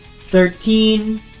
Thirteen